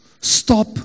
Stop